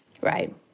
Right